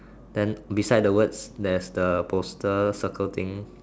then beside the words there's the poster circle thing